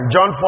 John